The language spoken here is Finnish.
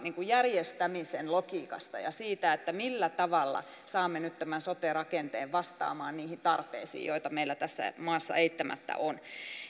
järjestämisen logiikasta ja siitä millä tavalla saamme nyt tämän sote rakenteen vastaamaan niihin tarpeisiin joita meillä tässä maassa eittämättä on